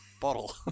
bottle